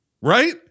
Right